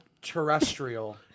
Terrestrial